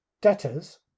Debtors